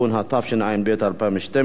התשע"ב 2012,